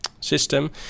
system